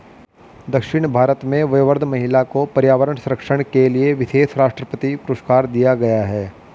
दक्षिण भारत में वयोवृद्ध महिला को पर्यावरण संरक्षण के लिए विशेष राष्ट्रपति पुरस्कार दिया गया है